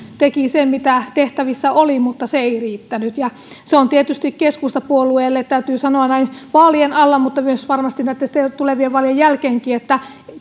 teki sen mitä tehtävissä oli mutta se ei riittänyt ja keskustapuolueelle täytyy sanoa näin vaalien alla mutta myös varmasti tulevien vaalien jälkeenkin että